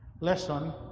lesson